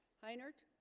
hi nerd